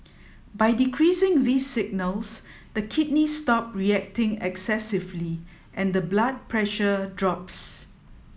by decreasing these signals the kidneys stop reacting excessively and the blood pressure drops